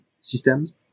systems